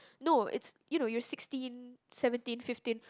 no it's you know you're sixteen seventeen fifteen